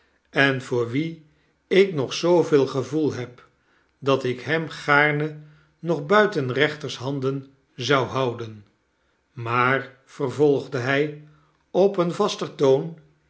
en voor wien ik nog zooveel gevoel heb dat ik hem gaarne nog buiten rechters handen zou houden maar vervolgde hij op een vaster toon